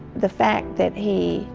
the fact that he